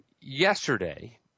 yesterday